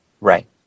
Right